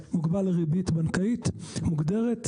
אלא מוגבל ריבית בנקאית מוגדרת,